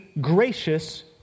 gracious